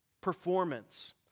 performance